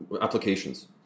applications